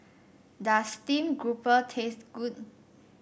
does Steamed Grouper taste good